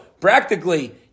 Practically